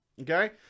Okay